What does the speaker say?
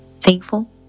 thankful